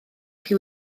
chi